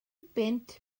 bunt